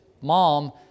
mom